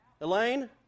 Elaine